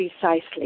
precisely